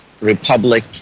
Republic